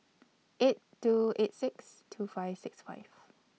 eight two eight six two five six five